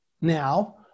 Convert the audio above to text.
now